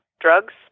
drugs